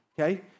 okay